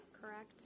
correct